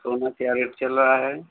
सोना क्या रेट चल रहा है